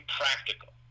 practical